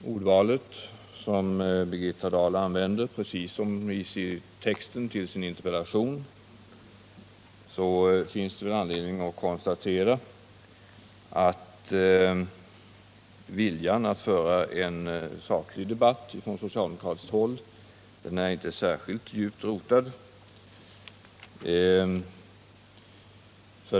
Herr talman! Efter det hårda ordval som Birgitta Dahl här använde, precis som i texten i hennes interpellation, finns det anledning att konstatera att viljan att föra en saklig debatt från socialdemokratiskt håll inte är särskilt djupt rotad.